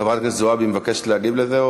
חברת הכנסת זועבי מבקשת להגיב על זה?